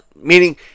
meaning